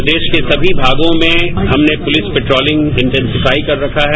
प्रदेश के सभी भागों में हमने पुलिस पेट्रोलिंग इनटैनसिफाई कर रखा है